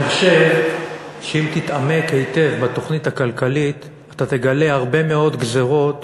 אני חושב שאם תתעמק היטב בתוכנית הכלכלית אתה תגלה הרבה מאוד גזירות